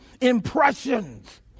impressions